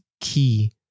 key